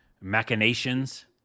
machinations